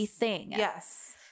Yes